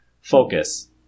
focus